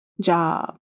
job